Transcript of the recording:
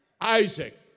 Isaac